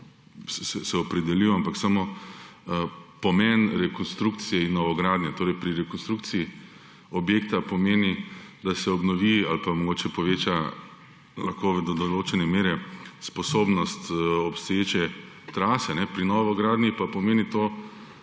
se opredelil, ampak samo pomen rekonstrukcije in novogradnje. Torej pri rekonstrukciji objekta pomeni, da se obnovi ali pa mogoče poveča lahko do določene mere sposobnost obstoječe trase. Pri novogradnji pa pomeni to